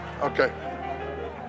Okay